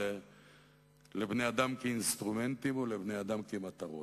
לבני-אדם כאינסטרומנטים ולבני-אדם כמטרות.